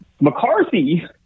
McCarthy